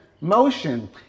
motion